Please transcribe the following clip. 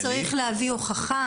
אבל האם הוא צריך להביא הוכחה?